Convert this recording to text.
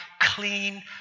clean